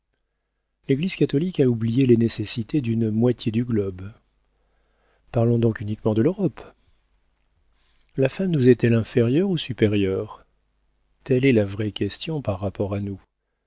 l'église catholique a oublié les nécessités d'une moitié du globe parlons donc uniquement de l'europe la femme nous est-elle inférieure ou supérieure telle est la vraie question par rapport à nous